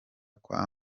kwa